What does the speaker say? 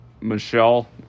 Michelle